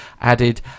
added